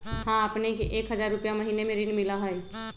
हां अपने के एक हजार रु महीने में ऋण मिलहई?